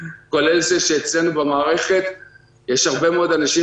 כולל זה שאצלנו במערכת יש הרבה מאוד אנשים